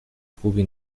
خوبی